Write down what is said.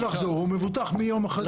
אם הוא רוצה לחזור הוא מבוטח מיום החזרה.